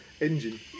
engine